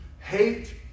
Hate